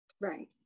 Right